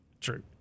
True